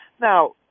Now